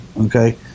Okay